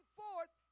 forth